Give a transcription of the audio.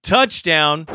Touchdown